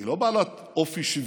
היא לא בעלת אופי שוויוני,